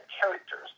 characters